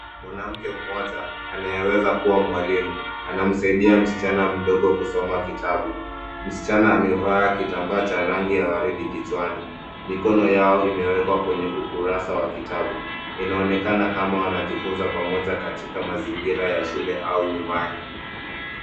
Mwanamke mmoja anayeweza kuwa mwalimu anamsaidia msichana mdogo kusoma kitabu. Msichana amevaa kitambaa cha rangi ya waridi kichwani. Mikono yao imewekwa kwenye ukurasa wa kitabu. Inaonekana kama wanajifunza pamoja katika mazingira ya shule au nyumbani.